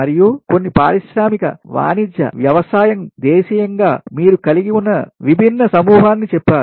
మరియు కొన్ని పారిశ్రామిక వాణిజ్య వ్యవసాయం దేశీయంగా మీరు కలిగి ఉన్న విభిన్న సమూహాన్ని చెప్పారు